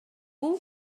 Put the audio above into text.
бул